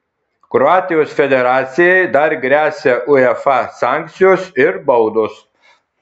kroatijos federacijai dar gresia uefa sankcijos ir baudos